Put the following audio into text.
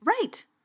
Right